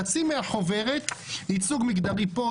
חצי מהחוברת היא ייצוג מגדרי פה,